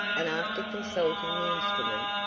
and after consulting the instrument,